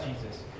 Jesus